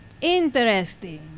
Interesting